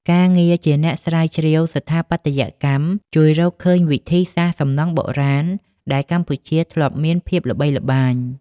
ការងារជាអ្នកស្រាវជ្រាវស្ថាបត្យកម្ម ជួយរកឃើញវិធីសាស្ត្រសំណង់បុរាណដែលកម្ពុជាធ្លាប់មានភាពល្បីល្បាញ។